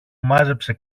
μάζεψε